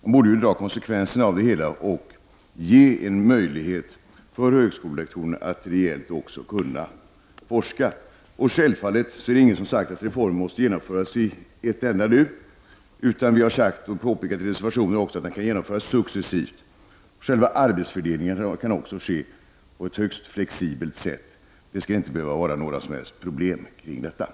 Man borde ge en reell möjlighet för högskolelektorerna att också kunna forska. Självfallet är det inget som säger att reformen måste genomföras nu på en enda gång. Vi moderater har sagt, vilket vi också påpekar i reservationen, att den kan genomföras successivt. Själva arbetsfördelningen kan också ske på högst flexibelt sätt. Det skall inte behöva vara några som helst problem kring detta.